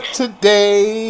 today